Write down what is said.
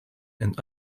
and